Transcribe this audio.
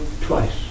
twice